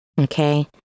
okay